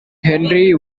henry